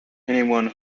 anyone